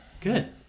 Good